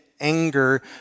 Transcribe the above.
anger